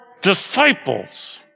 disciples